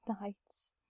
nights